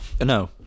no